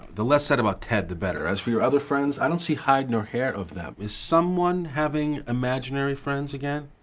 the less said about ted the better. as for your other friends, i don't see hide nor hair of them. is someone having imaginary friends again?